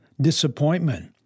disappointment